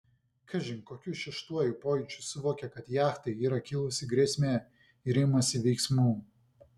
kažin kokiu šeštuoju pojūčiu suvokia kad jachtai yra kilusi grėsmė ir imasi veiksmų